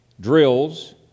drills